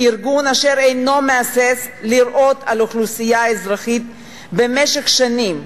ארגון אשר אינו מהסס לירות על אוכלוסייה אזרחית במשך שנים,